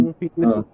fitness